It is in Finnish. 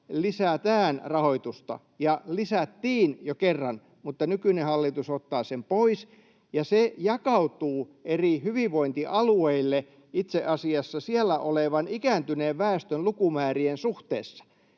lisätään rahoitusta — ja lisättiin jo kerran, mutta nykyinen hallitus ottaa sen pois — ja se jakautuu eri hyvinvointialueille itse asiassa siellä olevan ikääntyneen väestön lukumäärien suhteessa,